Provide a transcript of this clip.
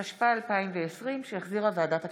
התשפ"א 2020, שהחזירה ועדת הכספים.